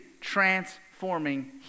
transforming